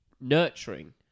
nurturing